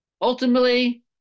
Ultimately